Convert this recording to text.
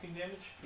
damage